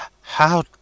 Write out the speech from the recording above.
How